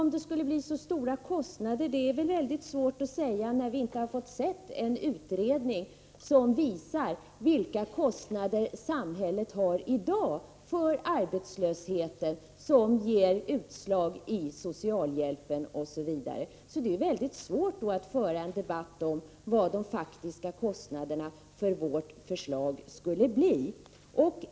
Om detta skulle medföra så stora kostnader är väl svårt att säga när vi inte har fått se någon utredning som visar vilka kostnader samhället har i dag för arbetslösheten vilka ger utslag när det gäller socialhjälp, osv. Det är därför mycket svårt att föra en debatt om vad de faktiska kostnaderna för vårt förslag skulle bli.